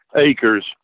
acres